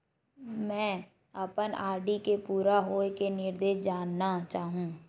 मैं अपन आर.डी के पूरा होये के निर्देश जानना चाहहु